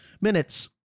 minutes